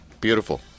Beautiful